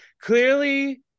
clearly